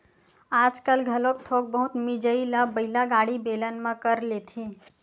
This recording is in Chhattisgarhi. आजकाल घलोक थोक बहुत मिजई ल बइला गाड़ी, बेलन म कर लेथे